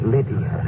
Lydia